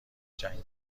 جنگلی